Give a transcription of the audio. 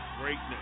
greatness